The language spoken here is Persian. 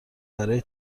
برای